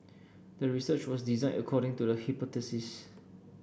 the research was designed according to the hypothesis